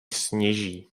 sněží